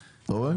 יפה, אתה רואה.